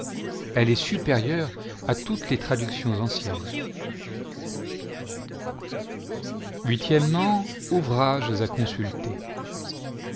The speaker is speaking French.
elle est supérieure à toutes les traductions anciennes ouvrages à consulter